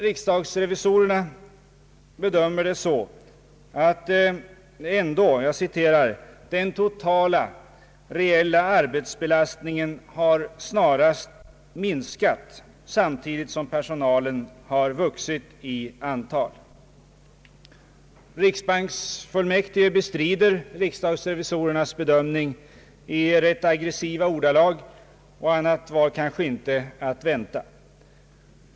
Riksdagsrevisorerna har gjort följande bedömning, vilken jag citerar: »Den totala reella arbetsbelastningen har snarast minskat samtidigt som personalen har vuxit i antal.» Riksbanksfullmäktige bestrider riksdagsrevisorernas bedömning i rätt aggressiva ordalag och annat var kanske inte att vänta.